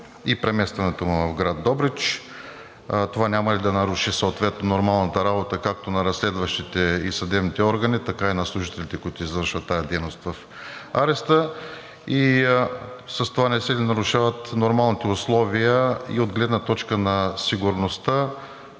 и преместването му в град Добрич; това няма ли да наруши съответно нормалната работа както на разследващите и съдебните органи, така и на служителите, които извършват тази дейност в ареста; с това не се ли нарушават нормалните условия и от гледна точка на сигурността